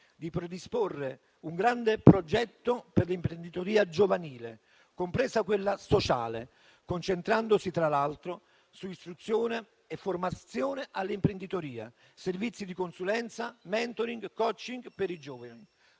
a predisporre un grande progetto per l'imprenditorialità giovanile, compresa l'imprenditorialità sociale, concentrandosi, tra l'altro, su istruzione e formazione all'imprenditorialità, servizi di consulenza, *mentoring* o *coaching* per i giovani;